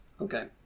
Okay